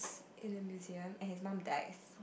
in a museum and his mum dies